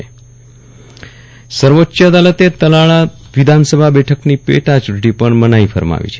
વિરલ રાણા તલાળા પેટા ચુંટણી સર્વોચ્ચ અદાલતે તાલાળા વિધાનસભા બેઠકની પેટાચૂંટણી પર મનાઇ ફરમાવી છે